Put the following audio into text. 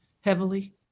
heavily